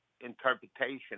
interpretation